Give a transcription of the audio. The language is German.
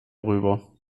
rüber